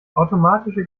automatische